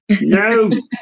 No